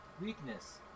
Weakness